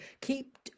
keep